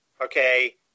okay